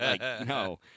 no